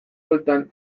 bueltan